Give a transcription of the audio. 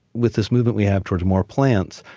with this movement we have towards more plants,